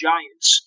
Giants